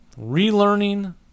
relearning